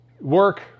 work